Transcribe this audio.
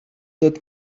that